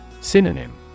Synonym